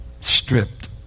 stripped